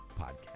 podcast